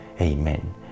Amen